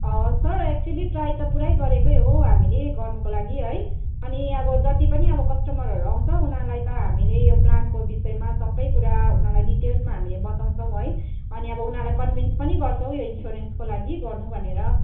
sir actually try त पुरै गरेकै हो हामीले गर्नुको लागि है अनि अब जति पनि अब कस्टमरहरू आउँछ उनीहरूलाई त हामीले यो प्लानको विषयमा सबै कुरा उनीहरूलाई डिटेल्समा हामीले बताउँछौँ है अनि अब उनीहरूलाई कन्भिन्स पनि गर्छौँ यो इन्सुरेन्सको लागि गर्नु भनेर तर